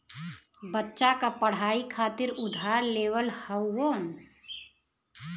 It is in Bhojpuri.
बच्चा क पढ़ाई खातिर उधार लेवल हउवन